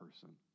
person